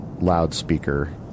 loudspeaker